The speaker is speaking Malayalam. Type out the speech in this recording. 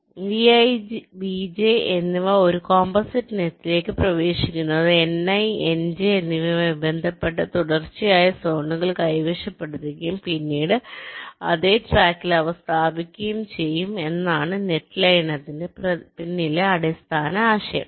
Vi Vj എന്നിവ ഒരു കോമ്പോസിറ്റ് നെറ്റിലേക്ക് പ്രവേശിക്കുന്നു അത് Ni Nj എന്നിവയുമായി ബന്ധപ്പെട്ട തുടർച്ചയായ സോണുകൾ കൈവശപ്പെടുത്തുകയും പിന്നീട് അതേ ട്രാക്കിൽ അവ സ്ഥാപിക്കുകയും ചെയ്യും ഇതാണ് നെറ്റ് ലയനത്തിന് പിന്നിലെ അടിസ്ഥാന ആശയം